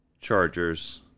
Chargers